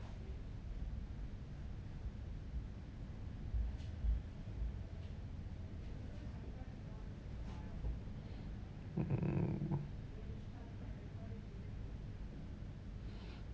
mm